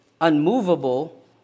unmovable